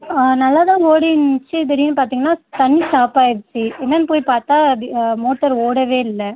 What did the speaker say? ஆ நல்லா தான் ஓடிங்கின்னு இருந்துச்சி திடீரெனு பார்த்தீங்கன்னா தண்ணி ஸ்டாப்பாக ஆகிருச்சு என்னென்று போய் பார்த்தா இது மோட்டர் ஓடவே இல்லை